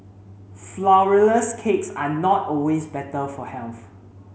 Flourless cakes are not always better for health